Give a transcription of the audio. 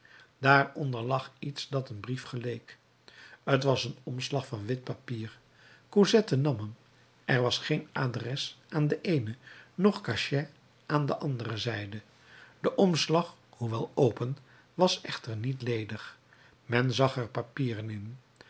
onder lag iets dat een brief geleek t was een omslag van wit papier cosette nam hem er was geen adres aan de eene noch cachet aan de andere zijde de omslag hoewel open was echter niet ledig men zag er papieren in